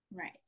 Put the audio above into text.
Right